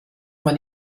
man